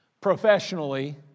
professionally